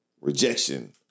rejection